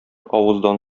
авыздан